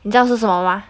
你知道是什么 mah